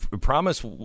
Promise